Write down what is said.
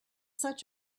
such